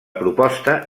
proposta